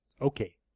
okay